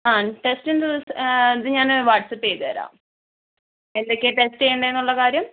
അ ടെസ്റ്റിൻ്റെ റിസാ ഇത് ഞാന് വാട്സ്അപ്പ് ചെയ്ത് തരാം എന്തൊക്കെയാണ് ടെസ്റ്റ് ചെയ്യേണ്ടത് എന്നുള്ള കാര്യം